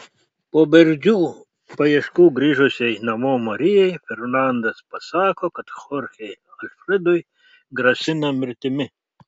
po bergždžių paieškų grįžusiai namo marijai fernandas pasako kad chorchei alfredui grasina mirtimi